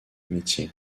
métier